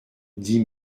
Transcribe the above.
dix